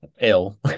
ill